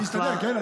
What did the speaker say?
אני אסתדר, כן?